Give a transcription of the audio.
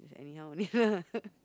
just anyhow only